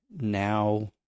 now